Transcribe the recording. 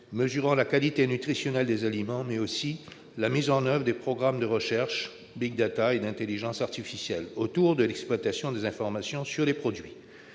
mesurant la qualité nutritionnelle des aliments, mais aussi la mise en oeuvre de programmes de recherche- et intelligence artificielle -, autour de l'exploitation des informations sur les produits.